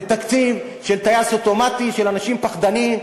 זה תקציב של טייס אוטומטי של אנשים פחדנים,